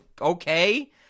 okay